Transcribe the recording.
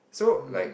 so like